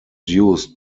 used